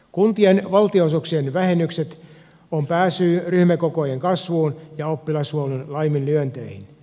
kuntien valtionosuuksien vähennykset ovat pääsyy ryhmäkokojen kasvuun ja oppilashuollon laiminlyönteihin